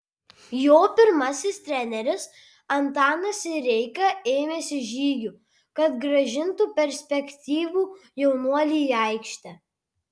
jo pirmasis treneris antanas sireika ėmėsi žygių kad grąžintų perspektyvų jaunuolį į aikštę